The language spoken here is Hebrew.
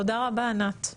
תודה רבה ענת.